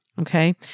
Okay